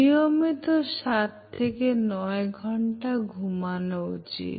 নিয়মিত সাত থেকে নয় ঘন্টা ঘুমানো উচিত